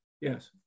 Yes